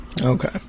Okay